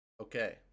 okay